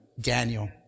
Daniel